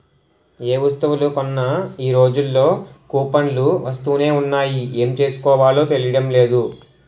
ఏ వస్తువులు కొన్నా ఈ రోజుల్లో కూపన్లు వస్తునే ఉన్నాయి ఏం చేసుకోవాలో తెలియడం లేదు